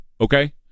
okay